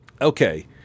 okay